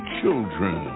children